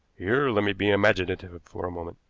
here let me be imaginative for a moment.